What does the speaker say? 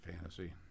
fantasy